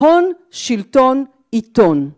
‫הון שלטון עיתון.